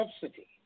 subsidy